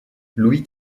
louis